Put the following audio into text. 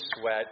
sweat